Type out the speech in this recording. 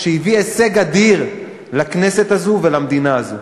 שהביא הישג אדיר לכנסת הזו ולמדינה הזו.